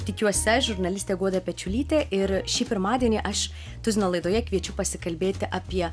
tikiuosi aš žurnalistė guoda pečiulytė ir šį pirmadienį aš tuzino laidoje kviečiu pasikalbėti apie